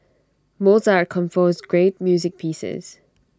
Mozart composed great music pieces